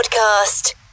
podcast